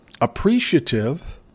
appreciative